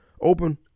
open